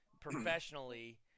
professionally